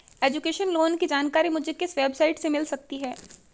Education loan की जानकारी मुझे किस वेबसाइट से मिल सकती है?